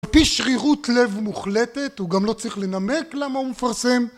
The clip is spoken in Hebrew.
על פי שרירות לב מוחלטת, הוא גם לא צריך לנמק למה הוא מפרסם.